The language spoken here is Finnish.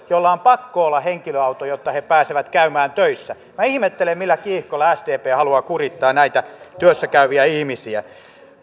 joilla on pakko olla henkilöauto jotta he pääsevät käymään töissä minä ihmettelen millä kiihkolla sdp haluaa kurittaa näitä työssä käyviä ihmisiä